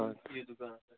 یِیِو دُکانس پٮ۪ٹھ